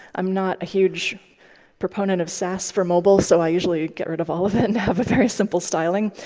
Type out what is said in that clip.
i'm not a huge proponent of sas for mobile, so i usually get rid of all of it and have a very simple styling.